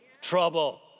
trouble